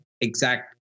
exact